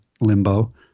Limbo